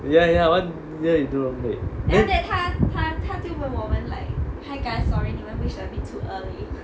ya ya one year we do wrong date then